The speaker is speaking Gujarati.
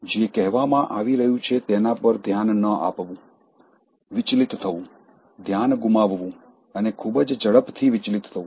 જે કહેવામાં આવી રહ્યું છે તેના પર ધ્યાન ન આપવું વિચલિત થવું ધ્યાન ગુમાવવું અને ખૂબ જ ઝડપથી વિચલિત થવું